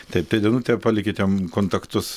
taip tai danute palikite kontaktus